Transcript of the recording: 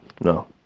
no